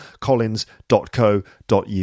collins.co.uk